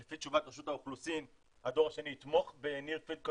לפי תשובת רשות האוכלוסין הדור השני יתמוך ב- -- קומיוניקיישן,